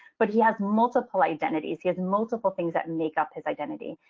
but he has multiple identities. he has multiple things that make up his identity.